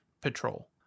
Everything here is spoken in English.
Patrol